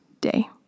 day